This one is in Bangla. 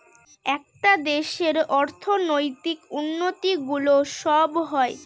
একটা দেশের অর্থনৈতিক উন্নতি গুলো সব হয়